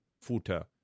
footer